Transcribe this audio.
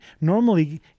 Normally